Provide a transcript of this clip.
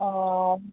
অঁ